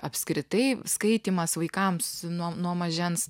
apskritai skaitymas vaikams nuo nuo mažens